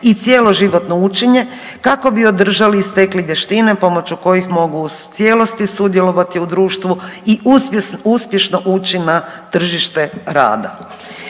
i cjeloživotno učenje kako bi održali i stekli vještine pomoću kojih mogu u cijelosti sudjelovati u društvu i uspješno ući na tržište rada.